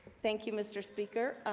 thank you mr. speaker